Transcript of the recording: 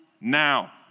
now